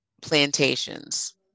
plantations